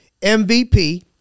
MVP